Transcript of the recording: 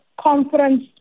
conference